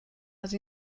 les